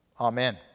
Amen